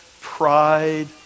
Pride